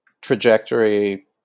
trajectory